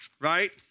right